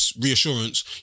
reassurance